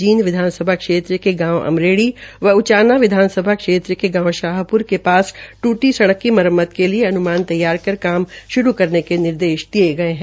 जींद विधानसभा क्षेत्र के गांव अमरेड़ी व उचाना विधानसभा क्षेत्र के गांव शाहपुर के पास ट्रटी सड़क की मरम्मत के लिए अनुमान तैयार कर काम शुरू करने के निर्देश दिये गये है